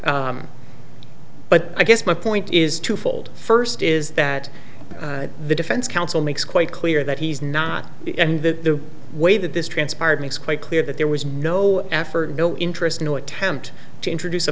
w but i guess my point is twofold first is that the defense counsel makes quite clear that he's not and the way that this transpired makes quite clear that there was no effort no interest no attempt to introduce a